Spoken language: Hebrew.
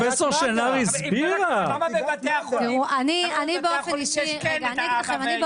פרופ' שנער הסבירה -- למה בבתי החולים יש "אבא" ו"אימא"?